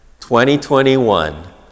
2021